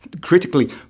critically